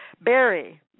Barry